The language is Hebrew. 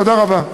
תודה רבה.